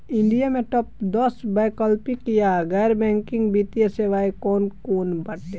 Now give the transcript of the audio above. India में top दस वैकल्पिक या गैर बैंकिंग वित्तीय सेवाएं कौन कोन बाटे?